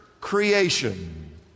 creation